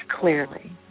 clearly